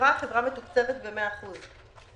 החברה מתוקצבת במאה אחוז.